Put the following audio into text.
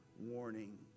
warning